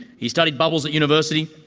he studied bubbles at university.